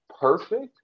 perfect